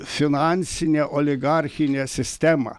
finansine oligarchine sistema